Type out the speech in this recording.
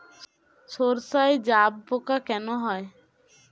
সর্ষায় জাবপোকা কেন হয়?